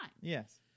Yes